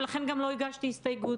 ולכן גם לא הגשתי הסתייגות,